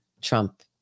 Trump